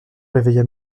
réveilla